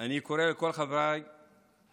אני קורא לכל חבריי ולממשלה: